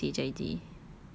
ya like C_H_I_J